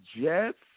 Jets